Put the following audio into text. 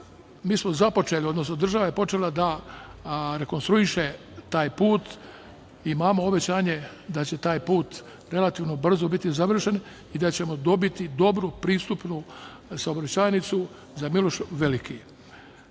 smo započeli, odnosno država je počela da rekonstruiše taj put. Imamo obećanje da će taj put relativno brzo biti završen i da ćemo dobiti dobru pristupnu saobraćajnicu za „Miloš Veliki“,